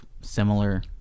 similar